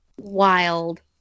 wild